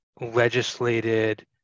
legislated